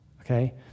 Okay